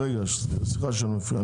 סליחה שאני מפריע,